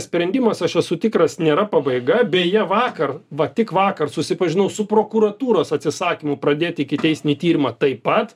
sprendimas aš esu tikras nėra pabaiga beje vakar va tik vakar susipažinau su prokuratūros atsisakymu pradėti ikiteisminį tyrimą taip pat